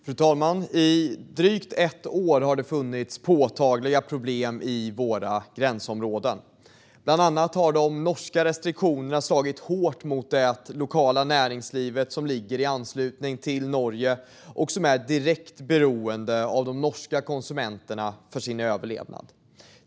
Fru talman! I drygt ett år har det funnits påtagliga problem i våra gränsområden. Bland annat har de norska restriktionerna slagit hårt mot det lokala näringslivet som ligger i anslutning till Norge och som är direkt beroende av de norska konsumenterna för sin överlevnad.